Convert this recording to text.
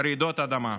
רעידות אדמה.